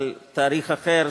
אבל תאריך אחר,